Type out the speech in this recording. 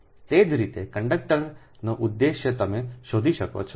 તે જ રીતે 2 કંડક્ટરનો ઉદ્દેશ્ય તમે શોધી શકો છો